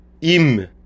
Im